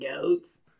goats